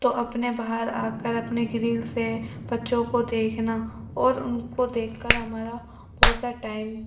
تو اپنے باہر آ کر اپنے گریل سے بچّوں کو دیکھنا اور ان کو دیکھ کر ہمارا بہت سا ٹائم